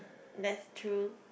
that's true